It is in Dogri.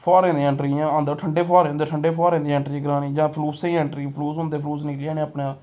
फुहारें दी ऐंट्री इ'यां आंदा ठंडे फुहारे होंदे ठंडे फुहारें दी ऐंट्री करानी जां फलूसें दी ऐंट्री फलूस होंदे फूलस निकली जाने अपने